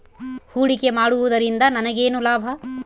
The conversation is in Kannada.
ಹೂಡಿಕೆ ಮಾಡುವುದರಿಂದ ನನಗೇನು ಲಾಭ?